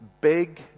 big